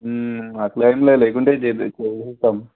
అట్లా ఏమి లేదు లేకుంటే చేపి చేస్తాం